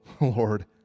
Lord